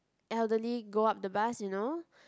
elderly go up the bus you know